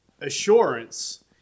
assurance